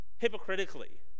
hypocritically